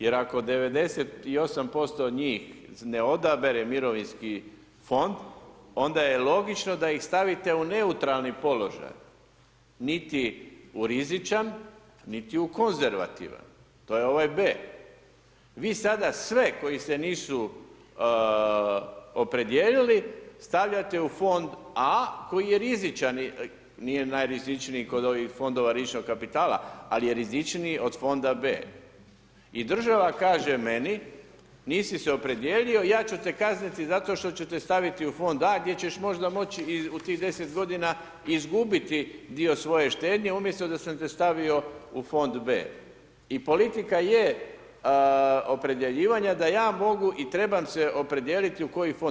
Jer ako 98% njih ne odabere mirovinski fond, onda je logično da ih stavite u neutralni položaj, niti u rizičan, niti u konzervativan, to je u ovaj B. Vi sada sve koji se nisu opredijelili stavljate u fond A koji je rizičan, nije najrizičniji kod ovih fondova rizičnih kapitala, ali je rizičniji od fonda B. I država kaže meni, nisi se opredijelio i ja ću te kazniti zato što ću te staviti u fond A gdje ćeš možda moći u tih 10 g. izgubiti dio svoje štednje, umjesto da sam te stavio u fond B. I politika je opredjeljivanja da ja mogu i trebam se opredijeliti u koji fond.